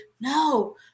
no